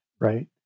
right